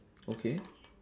okay